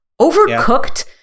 Overcooked